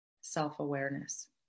self-awareness